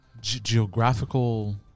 geographical